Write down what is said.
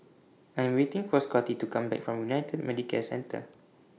I Am waiting For Scottie to Come Back from United Medicare Centre